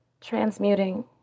transmuting